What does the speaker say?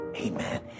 Amen